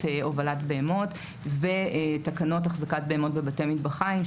הובלת בהמות ותקנות החזקת בהמות בבתי מטבחיים,